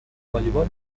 والیبال